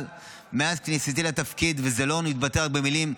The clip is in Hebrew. אבל מאז כניסתי לתפקיד, וזה לא מתבטא רק במילים,